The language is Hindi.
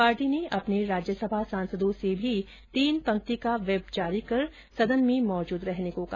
पार्टी ने अपने राज्य सभा सांसदों से भी तीन पंक्ति का व्हिप जारी कर सदन में उपस्थित रहने को कहा